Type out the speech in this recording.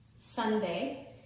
Sunday